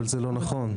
זה לא נכון.